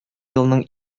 елның